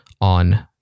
on